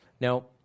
Now